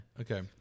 Okay